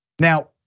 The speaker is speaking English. Now